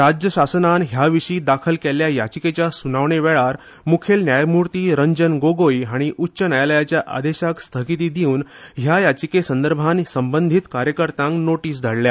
राज्यशासनान हे विशीं दाखल केल्ल्या याचिकेच्या सुनावणे वेळार मुगेल न्यायमुर्ती रंजन गोगोय हांणी उच्च न्यायालयाच्या आदेशाक स्थगिती दिवन ह्या याचिके विशीं संबंदीत कार्यकर्त्यांक नोटीस धाडल्या